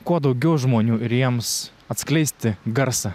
kuo daugiau žmonių ir jiems atskleisti garsą